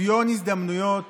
שוויון הזדמנויות